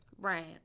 right